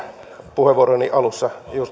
puheenvuoroni alussa